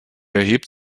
erhebt